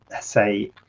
say